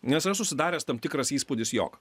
nes yra susidaręs tam tikras įspūdis jog